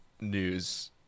news